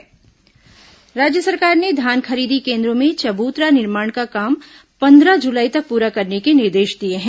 पंचायत सचिव समीक्षा राज्य सरकार ने धान खरीदी केन्द्रों में चबूतरा निर्माण का काम पंद्रह जुलाई तक पूरा करने के निर्देश दिए हैं